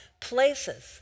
places